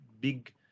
big